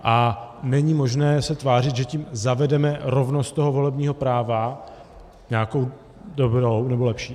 A není možné se tvářit, že tím zavedeme rovnost toho volebního práva, nějakou dobrou nebo lepší.